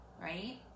right